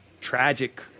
tragic